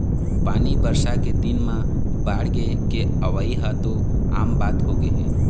पानी बरसा के दिन म बाड़गे के अवइ ह तो आम बात होगे हे